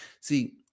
See